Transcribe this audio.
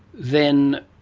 then,